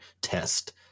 test